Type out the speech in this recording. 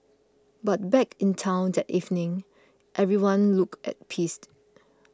but back in town that evening everyone looked at peace